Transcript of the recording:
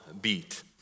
beat